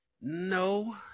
No